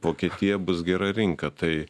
vokietija bus gera rinka tai